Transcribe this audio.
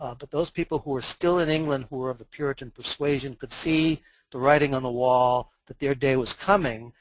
but those people who were still in england who were of the puritan persuasion could see the writing on the wall, that their day was coming.